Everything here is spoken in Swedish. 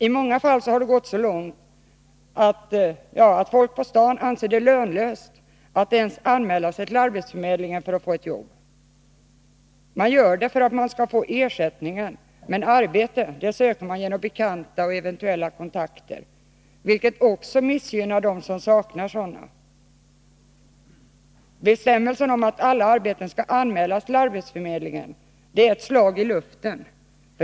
I många fall har det gått så långt att ”folk på stan” anser det lönlöst att ens anmäla sig till arbetsförmedlingen för att få ett jobb. Man gör det ändå för att få ersättning, men arbete det söker man genom bekanta och eventuella kontakter. Denna ordning missgynnar också de människor som saknar sådana kontakter. Bestämmelsen om att alla lediga arbeten skall anmälas till arbetsförmedlingen är ett slag i luften.